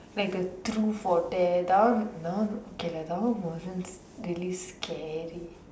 like the truth or dare that one that one okay lah that one wasn't really scary